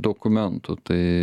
dokumentų tai